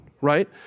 right